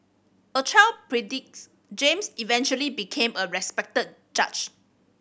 a child James eventually became a respected judge